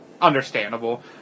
Understandable